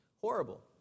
horrible